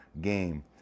game